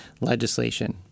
legislation